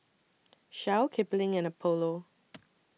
Shell Kipling and Apollo